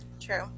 True